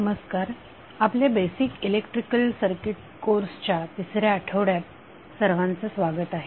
नमस्कार आपल्या basic electrical circuits कोर्सच्या तिसऱ्या आठवड्यात सर्वांचं स्वागत आहे